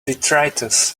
detritus